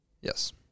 Yes